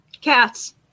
Cats